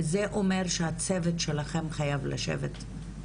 זה אומר שהצוות שלכם חייב לשבת,